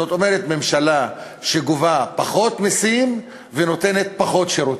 זאת אומרת ממשלה שגובה פחות מסים ונותנת פחות שירותים.